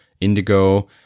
indigo